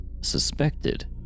suspected